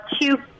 two